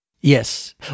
Yes